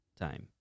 time